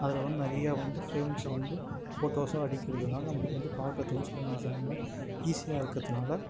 அதுக்கப்பறம் நிறைய வந்து ஃப்ரேம்ஸ் வந்து ஃபோட்டோஸாக அடிக்கிறது இல்லாமல் நம்மளுக்கு வந்து பார்க்கறத்துக்கு வந்து ஸ்லோ மோஷன் ரொம்ப ஈஸியாக இருக்கிறதுனால